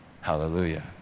Hallelujah